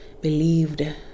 believed